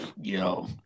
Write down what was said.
yo